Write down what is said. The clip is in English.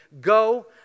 Go